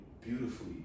beautifully